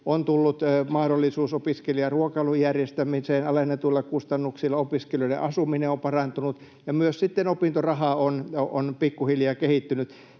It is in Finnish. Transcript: On tullut mahdollisuus opiskelijaruokailun järjestämiseen alennetuilla kustannuksilla, opiskelijoiden asuminen on parantunut, ja myös opintoraha on pikkuhiljaa kehittynyt.